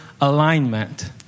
alignment